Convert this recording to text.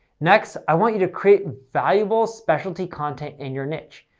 next, i want you to create valuable specialty content in your niche.